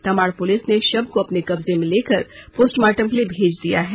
Tamar police ने शव को अपने कब्जे में लेकर पोस्टमार्टम के लिए भेज दिया है